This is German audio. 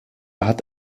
hat